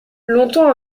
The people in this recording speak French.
longtemps